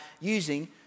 using